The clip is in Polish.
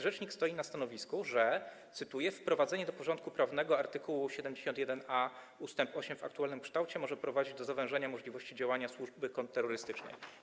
Rzecznik stoi na stanowisku, że - cytuję - wprowadzenie do porządku prawnego art. 71a ust. 8 w aktualnym kształcie może prowadzić do zawężenia możliwości działania służby kontrterrorystycznej.